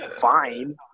fine